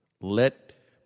let